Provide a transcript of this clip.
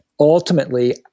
Ultimately